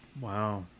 Wow